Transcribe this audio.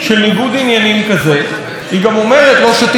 היא גם אומרת: לא שתיתי קפה עם מר אדרי.